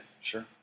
Sure